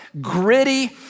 gritty